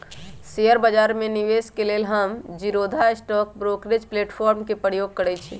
share बजार में निवेश के लेल हम जीरोधा स्टॉक ब्रोकरेज प्लेटफार्म के प्रयोग करइछि